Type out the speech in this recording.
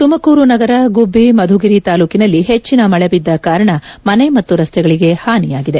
ತುಮಕೂರು ನಗರ ಗುಬ್ಬಿ ಮಧುಗಿರಿ ತಾಲೂಕಿನಲ್ಲಿ ಹೆಚ್ಚಿನ ಮಳೆಬಿದ್ದ ಕಾರಣ ಮನೆ ಮತ್ತು ರಸ್ತೆಗಳಿಗೆ ಹಾನಿಯಾಗಿದೆ